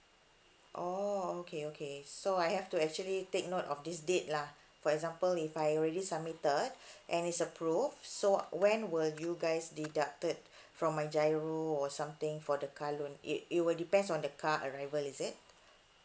oh okay okay so I have to actually take note of this date lah for example if I already submitted and it's approved so uh when will you guys deduct it from my GIRO or something for the car loan it it will depends on the car arrival is it